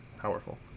Powerful